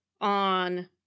on